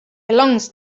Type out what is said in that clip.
belongs